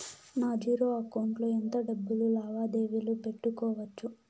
నా zero account లో ఎంత డబ్బులు లావాదేవీలు పెట్టుకోవచ్చు?